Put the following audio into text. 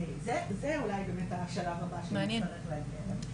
וזה אולי באמת השלב הבא שנצטרך להגיע אליו.